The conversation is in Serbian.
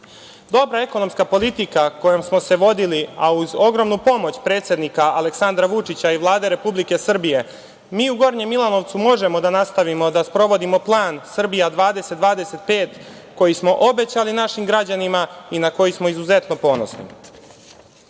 4%.Dobra ekonomska politika kojom smo se vodili, a uz ogromnu pomoć predsednika Aleksandra Vučića i Vlade Republike Srbije, mi u Gornjem Milanovcu možemo da nastavimo da sprovodimo plan Srbija 2025, koji smo obećali našim građanima i na koji smo izuzetno ponosni. Želeo